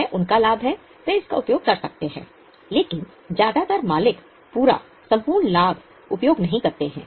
यह उनका लाभ है वे इसका उपयोग कर सकते हैं लेकिन ज्यादातर मालिक पूरा संपूर्ण लाभ उपयोग नहीं करते हैं